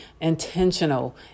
intentional